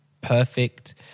perfect